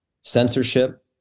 censorship